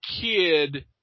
kid